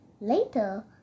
Later